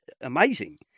amazing